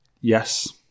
yes